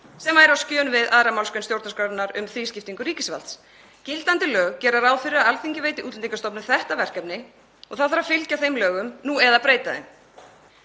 sem væri á skjön við 2. mgr. stjórnarskrárinnar um þrískiptingu ríkisvalds. Gildandi lög gera ráð fyrir að Alþingi veiti Útlendingastofnun þetta verkefni og það þarf að fylgja þeim lögum nú eða breyta þeim.